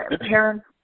parents